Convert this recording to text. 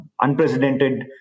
unprecedented